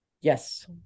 Yes